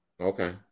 Okay